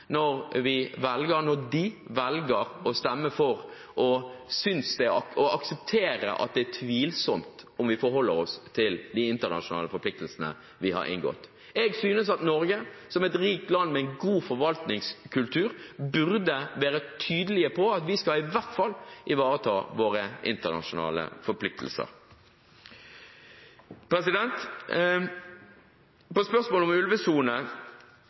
når de velger å stemme for og aksepterer at det er tvilsomt om vi forholder oss til de internasjonale forpliktelsene vi har inngått. Jeg synes at Norge, som er et rikt land med en god forvaltningskultur, burde være tydelig på at vi skal i hvert fall ivareta våre internasjonale forpliktelser. Til spørsmålet om ulvesone